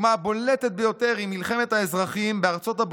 "הדוגמה הבולטת ביותר היא מלחמת האזרחים בארצות הברית,